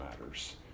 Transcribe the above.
matters